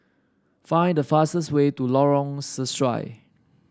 find the fastest way to Lorong Sesuai